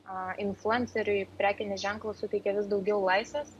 influenceriui prekinis ženklas suteikia vis daugiau laisvės